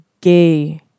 gay